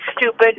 stupid